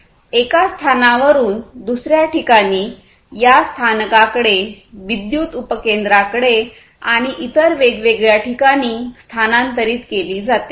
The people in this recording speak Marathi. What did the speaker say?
एका स्थानावरून दुसर्या ठिकाणी या स्थानकाकडे विद्युत उपकेंद्रांकडे आणि इतर वेगवेगळ्या ठिकाणी स्थानांतरित केली जाते